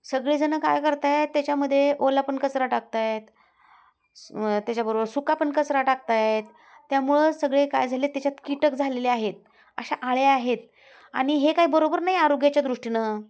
सगळेजनं काय करत आहेत त्याच्यामध्ये ओला पण कचरा टाकत आहेत त्याच्याबरोबर सुका पण कचरा टाकत आहेत त्यामुळंच सगळे काय झाले त्याच्यात कीटक झालेले आहेत अशा अळ्या आहेत आणि हे काय बरोबर नाही आरोग्याच्या दृष्टीनं